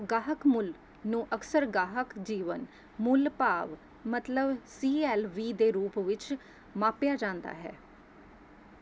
ਗਾਹਕ ਮੁੱਲ ਨੂੰ ਅਕਸਰ ਗਾਹਕ ਜੀਵਨ ਮੁੱਲ ਭਾਵ ਮਤਲਬ ਸੀ ਐੱਲ ਵੀ ਦੇ ਰੂਪ ਵਿੱਚ ਮਾਪਿਆ ਜਾਂਦਾ ਹੈ